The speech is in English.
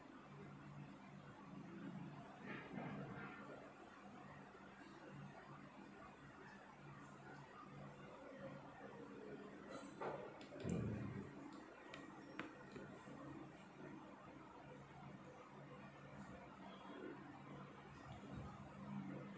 mm